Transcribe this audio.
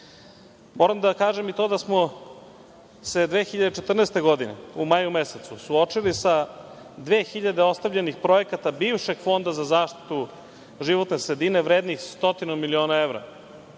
da kažem i to da smo se 2014. godine, u maju mesecu, suočili sa 2.000 ostavljenih projekata bivšeg fonda za zaštitu životne sredine vrednih stotinu miliona evra,